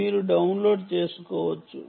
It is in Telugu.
మీరు డౌన్లోడ్ చేసుకోవచ్చు